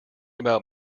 about